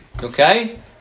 Okay